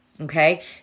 Okay